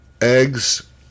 Eggs